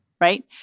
Right